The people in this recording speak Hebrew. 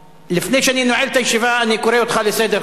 לפני שאני נועל את הישיבה אני קורא אותך לסדר,